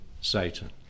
Satan